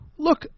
Look